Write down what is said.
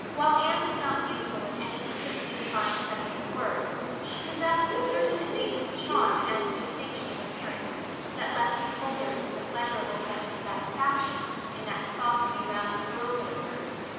while anne was not beautiful in any strictly defined sense of the word she possessed a certain evasive charm and distinction of appearance that left beholders with a pleasurable sense of satisfaction in that softly rounded girlhood of hers,